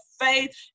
faith